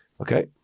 Okay